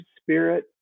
spirit